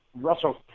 Russell